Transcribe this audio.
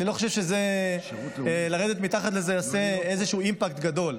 אני לא חושב שלרדת מתחת לזה יעשה איזשהו אימפקט גדול.